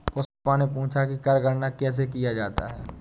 पुष्पा ने पूछा कि कर गणना कैसे किया जाता है?